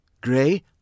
Gray